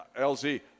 LZ